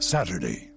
Saturday